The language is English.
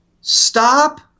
stop